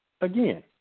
again